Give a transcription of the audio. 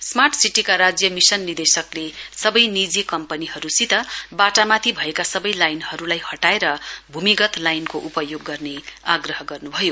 smart सिटीका राज्य mission निर्देशकले सबै निजी कम्पनीहरूसित बाटामाथि भएका सबै लाइनहरूलाई हटाएर भूमिगत लाइनको उपयोग गर्ने आग्रह गर्न् भयो